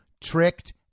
tricked